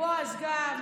גם בועז,